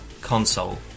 console